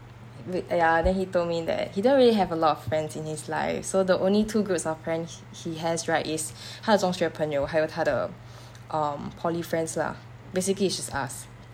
wa~ !aiya! then he told me that he don't really have a lot of friends in his life so the only two groups of friend he he has right is 他的中学朋友还有他的 um poly friends lah basically it's just us